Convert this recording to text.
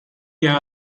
via